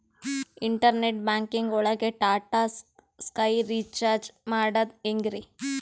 Internet banking ಒಳಗ್ Tata Sky recharge ಮಾಡದ್ ಹೆಂಗ್ರೀ?